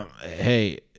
Hey